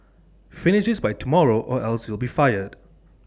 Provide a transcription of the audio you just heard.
finish this by tomorrow or else you'll be fired